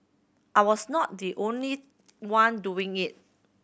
I was not the only one doing it